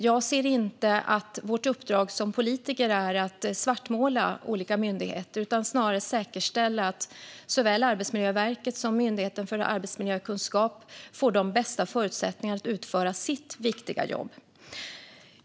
Jag ser inte att vårt uppdrag som politiker är att svartmåla olika myndigheter utan snarare att säkerställa att såväl Arbetsmiljöverket som Myndigheten för arbetsmiljökunskap får de bästa förutsättningarna att utföra sitt viktiga jobb.